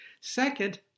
Second